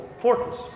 fortress